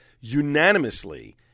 unanimously